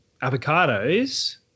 avocados